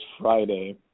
Friday